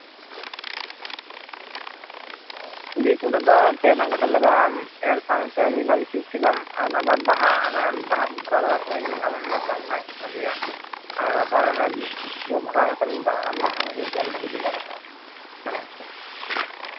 ᱛᱩᱲᱤ ᱠᱚᱨᱮ ᱫᱚ ᱯᱮ ᱫᱷᱟᱣ ᱠᱟᱛᱮ ᱞᱟᱜᱟᱜᱼᱟ ᱮᱨ ᱥᱟᱝ ᱛᱮ ᱢᱤᱫ ᱫᱷᱟᱣ ᱥᱤᱸᱫᱽ ᱠᱮᱫᱟᱢ ᱟᱨ ᱵᱟᱦᱟ ᱫᱷᱚᱨᱟᱣᱼᱫᱷᱚᱨᱟᱣ ᱥᱚᱢᱚᱭ ᱢᱤᱫ ᱫᱷᱟᱣ ᱮᱢᱟᱜ ᱢᱮ ᱮᱢᱟᱜ ᱠᱷᱟᱱ ᱵᱷᱟᱜᱮᱼᱟ ᱟᱵᱟᱨ ᱚᱱᱟ ᱡᱚ ᱵᱷᱟᱜᱟᱣ ᱠᱟᱛᱮ ᱫᱟᱜ ᱟᱜ ᱟᱢ ᱢᱤᱫ ᱫᱷᱟᱣ ᱤᱱᱟᱹ ᱛᱮᱜᱮ ᱦᱩᱭᱩᱜᱼᱟ